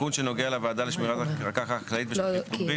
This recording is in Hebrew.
תיקון שנוגע לוועדה לשמירת הקרקע החקלאית והשטחים הפתוחים.